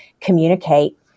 communicate